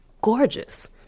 gorgeous